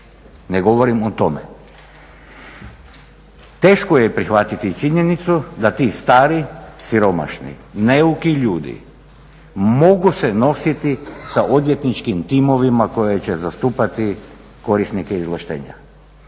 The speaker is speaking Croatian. ne govorim o tome. Teško je prihvatiti i činjenicu da ti stari siromašni, neuki ljudi mogu se nositi sa odvjetničkim timovima koje će zastupati korisnike izvlaštenja.